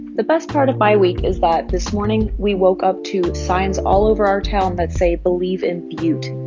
the best part of my week is that, this morning, we woke up to signs all over our town that say, believe in butte.